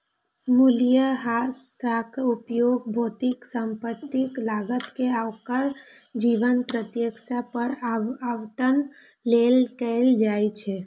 मूल्यह्रासक उपयोग भौतिक संपत्तिक लागत कें ओकर जीवन प्रत्याशा पर आवंटन लेल कैल जाइ छै